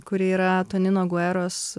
kuri yra tonino gueros